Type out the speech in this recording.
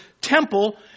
temple